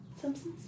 Simpsons